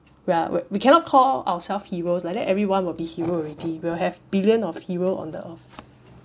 ya we cannot call ourself heroes like that everyone will be hero already we'll have billion of hero on the earth